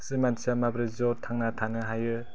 सासे मानसिया माबोरै ज' थांना थानो हायो